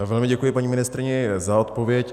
Velmi děkuji, paní ministryně, za odpověď.